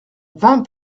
vingt